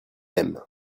aime